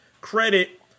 credit